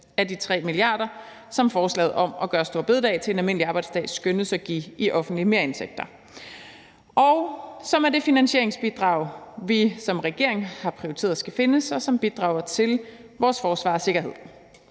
af de 3 mia. kr., som forslaget om at gøre store bededag til en almindelig arbejdsdag skønnes at give i offentlige merindtægter, som er det finansieringsbidrag, vi som regering har prioriteret skal findes, og som bidrager til vores forsvar og sikkerhed.